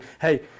hey